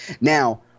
Now